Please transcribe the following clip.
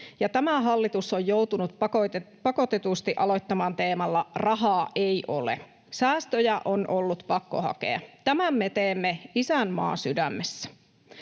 tämä hallitus on joutunut pakotetusti aloittamaan teemalla ”rahaa ei ole”. Säästöjä on ollut pakko hakea. Tämän me teemme isänmaa sydämessä.